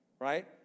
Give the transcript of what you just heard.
Right